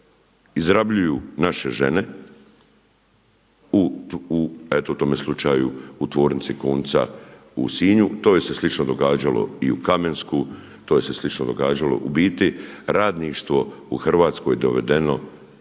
izrabljuju naše žene u eto u tome slučaju u Tvornici konca u Sinju, to se slično događalo i u Kamenskom, to se slično događalo, u biti radništvo u Hrvatskoj dovedeno